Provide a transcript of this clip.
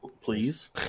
Please